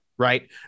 right